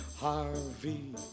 Harvey